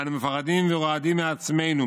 אנו מפחדים ורועדים מעצמנו,